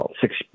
six